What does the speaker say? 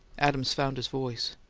adams found his voice.